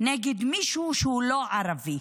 היא שכחה שהיא חצי ערבייה.